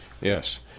Yes